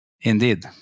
Indeed